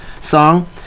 song